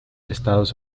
estados